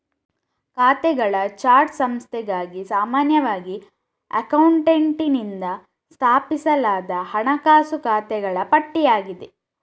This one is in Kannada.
ಖಾತೆಗಳ ಚಾರ್ಟ್ ಸಂಸ್ಥೆಗಾಗಿ ಸಾಮಾನ್ಯವಾಗಿ ಅಕೌಂಟೆಂಟಿನಿಂದ ಸ್ಥಾಪಿಸಲಾದ ಹಣಕಾಸು ಖಾತೆಗಳ ಪಟ್ಟಿಯಾಗಿದೆ